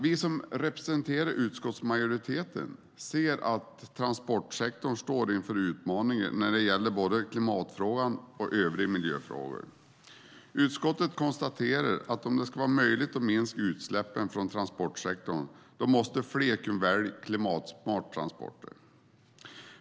Vi som representerar utskottsmajoriteten ser att transportsektorn står inför utmaningar när det gäller både klimatfrågan och övriga miljöfrågor. Utskottet konstaterar att om det ska vara möjligt att minska utsläppen från transportsektorn måste fler kunna välja klimatsmarta transporter.